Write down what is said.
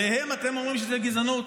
עליהם אתם אומרים שזאת גזענות?